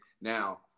Now